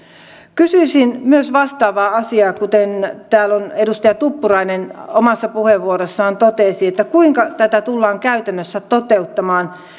kysyisin myös vastaavaa asiaa kuin mitä täällä edustaja tuppurainen omassa puheenvuorossaan totesi kuinka tätä tullaan käytännössä toteuttamaan